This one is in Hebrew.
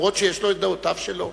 שיש לו כמובן דעותיו שלו.